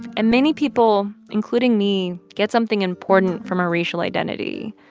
and many people, including me, get something important from our racial identity.